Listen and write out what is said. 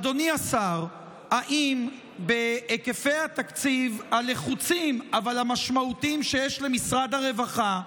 אדוני השר: האם בהיקפי התקציב הלחוצים אבל המשמעותיים שיש למשרד הרווחה,